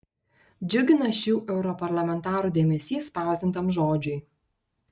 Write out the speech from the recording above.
džiugina šių europarlamentarų dėmesys spausdintam žodžiui